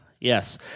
Yes